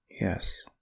Yes